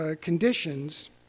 conditions